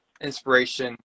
inspiration